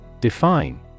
Define